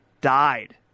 died